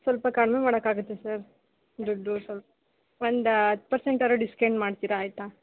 ಸ್ವಲ್ಪ ಕಡಿಮೆ ಮಾಡೋಕಾಗತ್ತಾ ಸರ್ ದುಡ್ಡು ಸ್ವಲ್ಪ ಒಂದ ಹತ್ತು ಪರ್ಸೆಂಟ್ ಆದ್ರು ಡಿಸ್ಕೌಂಟ್ ಮಾಡ್ತೀರಾ ಆಯಿತಾ